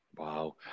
Wow